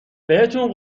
بهتون